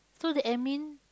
so the admin